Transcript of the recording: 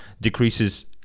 decreases